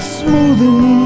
smoothing